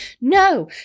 no